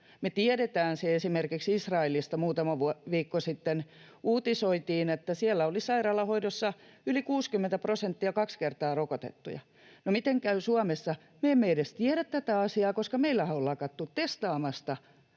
Me tiedetään se esimerkiksi Israelista. Muutama viikko sitten uutisoitiin, että siellä oli sairaalahoidossa olevista yli 60 prosenttia kaksi kertaa rokotettuja. No miten käy Suomessa? Me emme edes tiedä tätä asiaa, koska meillähän on lakattu testaamasta